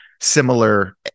similar